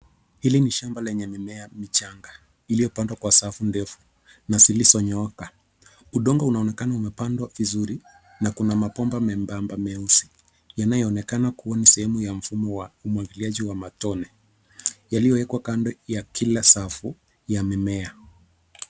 Hili ni shamba lenye mimea michanga iliyopandwa kwa safu ndefu na zilizonyooka. Udongo unaonekana umepandwa vizuri na kuna mabomba membamba meusi yanayoonekana kuwa ni sehemu ya mfumo wa umwagiliaji wa matone yaliyowekwa kando ya kila safu ya mimea.